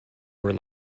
were